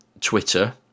twitter